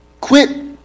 Quit